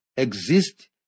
exist